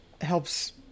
helps